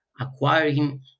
acquiring